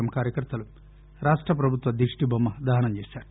ఎమ్ కార్యకర్తలు రాష్ట ప్రభుత్వ దిష్టిబొమ్మ దహనం చేశారు